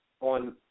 on